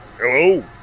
Hello